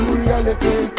reality